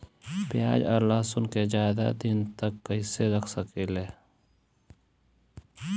प्याज और लहसुन के ज्यादा दिन तक कइसे रख सकिले?